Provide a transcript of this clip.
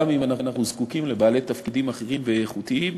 גם אם אנחנו זקוקים לבעלי תפקידים אחרים ואיכותיים,